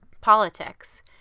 politics